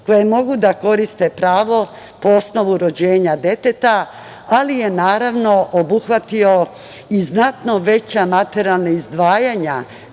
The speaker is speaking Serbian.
koje mogu da koriste pravo po osnovu rođenja deteta, ali je naravno obuhvatio i znatno veća materijalna izdvajanja